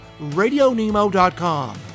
RadioNemo.com